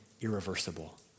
irreversible